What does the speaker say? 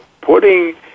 putting